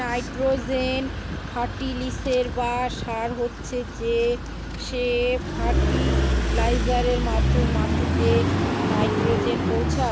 nitrogen ফার্টিলিসের বা সার হচ্ছে সে ফার্টিলাইজারের মাধ্যমে মাটিতে নাইট্রোজেন পৌঁছায়